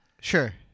Sure